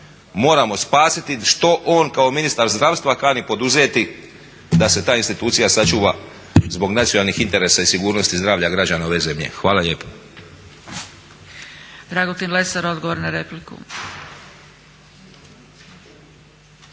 moramo spasiti što on kao ministar zdravstva kani poduzeti da se ta institucija sačuva zbog nacionalnih interesa i sigurnosti zdravlja građana ove zemlje. Hvala lijepo.